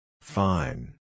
Fine